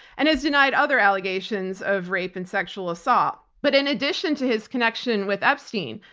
and has denied other allegations of rape and sexual assault. but in addition to his connection with epstein,